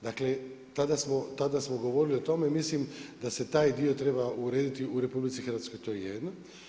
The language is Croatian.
Dakle tada smo govorili o tome, mislim da se taj dio treba urediti u RH, to je jedno.